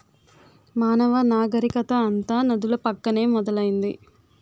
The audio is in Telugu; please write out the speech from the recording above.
మానవ నాగరికత అంతా నదుల పక్కనే మొదలైంది